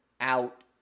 out